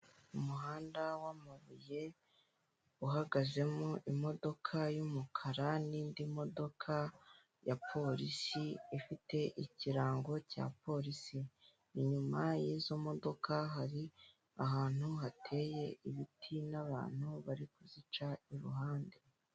Umuhanda wamabuye uhagazemo imodoka y'umukara nindi modoka ya polisi ifite ikirango cya polisi inyuma y'izo modoka hari ahantu hateye ibiti n'abantu bari kuzica iruhande .